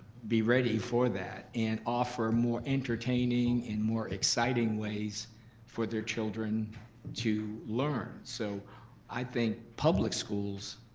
be ready for that and offer more entertaining and more exciting ways for their children to learn. so i think public schools,